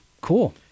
Cool